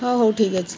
ହଉ ହଉ ଠିକ୍ ଅଛି